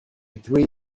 three